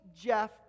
Jeff